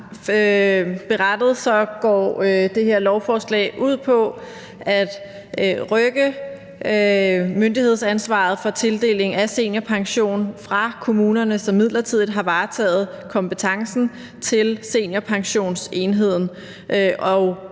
går det her lovforslag ud på at rykke myndighedsansvaret for tildeling af seniorpension fra kommunerne, som midlertidigt har varetaget kompetencen, til Seniorpensionsenheden,